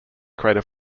crater